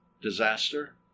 disaster